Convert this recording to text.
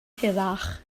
hirach